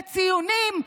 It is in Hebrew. בציונים,